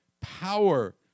power